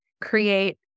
create